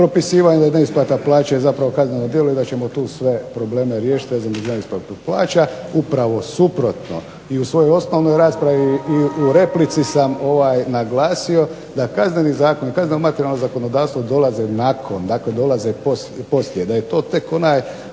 propisivanje neisplata plaće je zapravo kazneno djelo i da ćemo tu sve probleme riješiti. Upravo suprotno vi u svojoj osnovnoj raspravi i u replici sam naglasio da kazneno zakon i kazneno materijalno zakonodavstvo dolaze nakon poslije da je to tek onaj